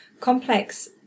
complex